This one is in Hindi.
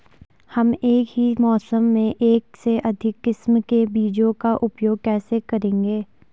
हम एक ही मौसम में एक से अधिक किस्म के बीजों का उपयोग कैसे करेंगे?